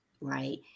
right